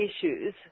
issues